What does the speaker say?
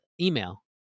email